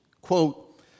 quote